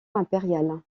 impériale